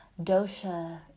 Dosha